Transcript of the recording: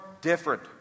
different